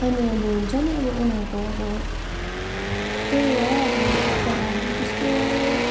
अनि अब हुन्छ नि अब उनीहरूको अब त्यही हो अब तर अब त्यस्तो